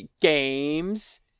Games